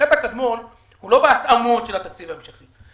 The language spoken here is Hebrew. החטא הקדמון הוא לא בהתאמות של התקציב ההמשכי,